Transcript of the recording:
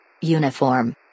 Uniform